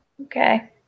Okay